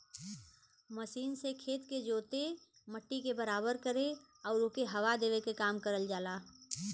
machine से खेत के जोते, मट्टी के बराबर करे आउर ओके हवा देवे क काम करल जाला